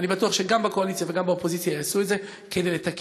ואני בטוח שגם בקואליציה וגם באופוזיציה יעשו את זה כדי לתקן.